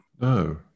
no